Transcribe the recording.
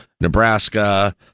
Nebraska